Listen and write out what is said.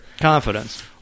Confidence